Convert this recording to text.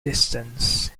distance